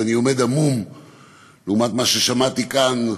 ואני עומד המום לעומת מה שמעתי כאן עכשיו,